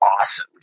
awesome